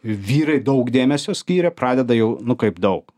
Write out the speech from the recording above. vyrai daug dėmesio skiria pradeda jau nu kaip daug